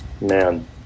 Man